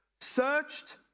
searched